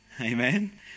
amen